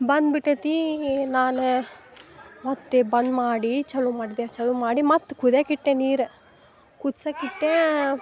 ಬಂದ್ಬಿಟೈತಿ ನಾನು ಮತ್ತೆ ಬಂದ್ ಮಾಡಿ ಚಲು ಮಾಡ್ದ್ಯ ಚಲು ಮಾಡಿ ಮತ್ತೆ ಕುದಿಯಾಕಿಟ್ಟೆ ನೀರು ಕುದ್ಸಕ್ಕಿಟ್ಟೆ